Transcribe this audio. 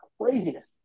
craziness